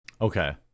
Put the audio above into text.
Okay